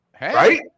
Right